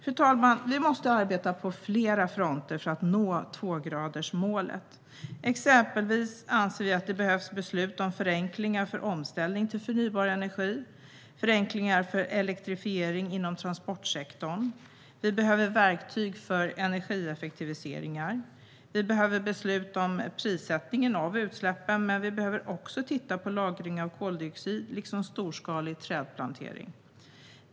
Fru talman! Vi måste arbeta på flera fronter för att nå tvågradersmålet. Vi anser att det exempelvis behövs beslut om förenklingar för omställning till förnybar energi och förenklingar för elektrifiering inom transportsektorn. Vi behöver verktyg för energieffektiviseringar. Vi behöver besluta om prissättningen av utsläpp, men vi behöver också titta på lagring av koldioxid liksom storskalig trädplantering.